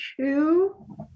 two